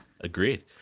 Agreed